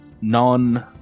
non